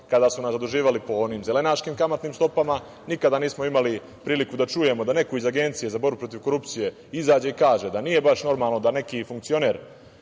kada su nas zaduživali po onim zelenaškim kamatnim stopama, nikada nismo imali priliku da čujemo da neko iz Agencije za borbu protiv korupcije izađe i kaže da nije baš normalno da neki funkcioner